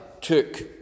took